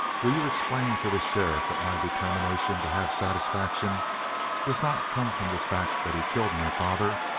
will you explain to the sheriff that my determination to have satisfaction does not come from the fact that he killed my father,